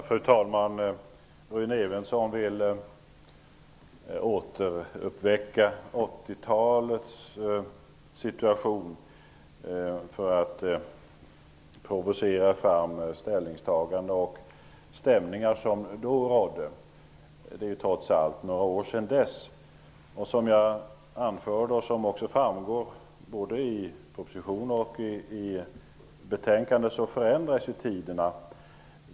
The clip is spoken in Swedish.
Fru talman! Rune Evensson vill återuppväcka 80 talets diskussion för att provocera fram ställningstaganden och sådana stämningar som då rådde. Det är några år sedan dess. Som jag anförde och som också anförs i både propositionen och betänkandet förändras tiderna.